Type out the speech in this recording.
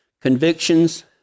convictions